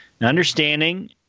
Understanding